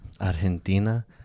Argentina